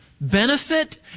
benefit